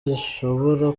gishobora